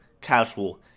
casual